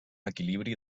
equilibri